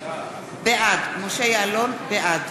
בעד